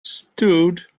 stood